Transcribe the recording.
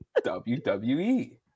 WWE